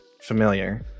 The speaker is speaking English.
familiar